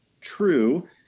true